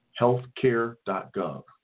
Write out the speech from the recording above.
healthcare.gov